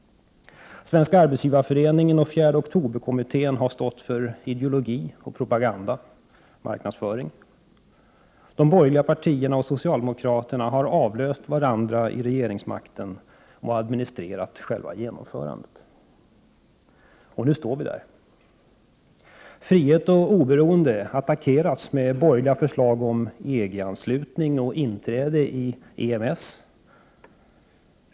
Svenska arbetsgivareföreningen och 4 oktober-kommittén har stått för ideologi, propaganda och marknadsföring. De borgerliga partierna och socialdemokraterna har avlöst varandra vid regeringsmakten och administrerat själva genomförandet. Och nu står vi där. Frihet och oberoende attackeras med borgerliga förslag om EG-anslutning och inträde i EMS.